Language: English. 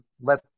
let